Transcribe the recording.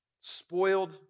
spoiled